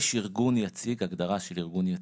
יש ארגון יציג הגדרה של ארגון יציג,